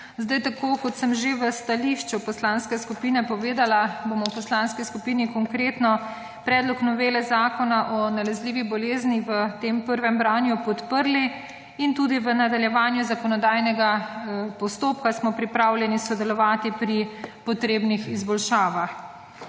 prisotnim! Kot sem že v stališču poslanske skupine povedala, bomo v Poslanski skupini Konkretno predlog novele Zakona o nalezljivih boleznih v tem prvem branju podprli in tudi v nadaljevanju zakonodajnega postopka smo pripravljeni sodelovati pri potrebnih izboljšavah.